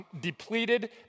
depleted